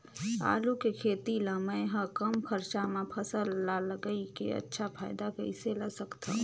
आलू के खेती ला मै ह कम खरचा मा फसल ला लगई के अच्छा फायदा कइसे ला सकथव?